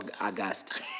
August